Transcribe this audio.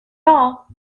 all